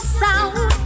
sound